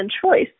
choice